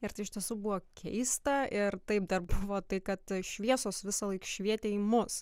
ir tai iš tiesų buvo keista ir taip dar buvo tai kad šviesos visąlaik švietė į mus